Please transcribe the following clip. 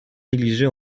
negligée